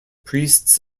priests